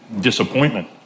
disappointment